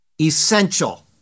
essential